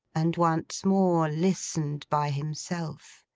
and once more listened by himself.